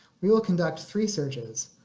we will conduct three searches,